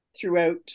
throughout